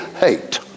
hate